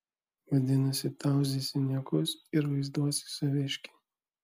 vadinasi tauzysi niekus ir vaizduosi saviškį